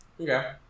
Okay